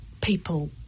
people